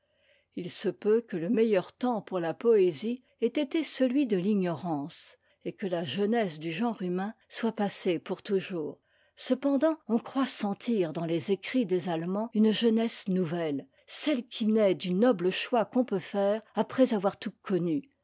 il se peut que le meilleur temps pour là poésie ait été celui de l'ignorance et que la jeunesse du genre humain soit passée pour toujours cependant on croit sentir dans les écrits des allemands une jeunesse nouvelle celle qui naît du noble choix qu'on peut faire après avoir tout connu